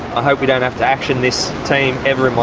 i hope we don't have to action this team ever